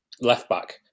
left-back